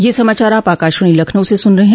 ब्रे क यह समाचार आप आकाशवाणी लखनऊ से सुन रहे हैं